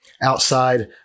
outside